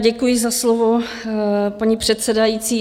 Děkuji za slovo, paní předsedající.